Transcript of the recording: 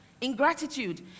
Ingratitude